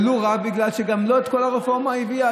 ולו רק בגלל שגם לא את כל הרפורמה היא הביאה,